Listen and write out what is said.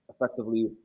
effectively